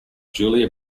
julia